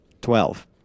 Twelve